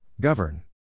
Govern